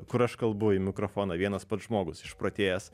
kur aš kalbu į mikrofoną vienas pats žmogus išprotėjęs